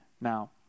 Now